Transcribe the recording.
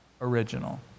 original